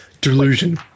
Delusion